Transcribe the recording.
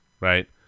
right